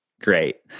Great